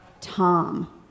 Tom